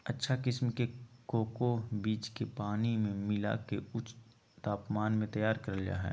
अच्छा किसम के कोको बीज के पानी मे मिला के ऊंच तापमान मे तैयार करल जा हय